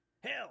Hell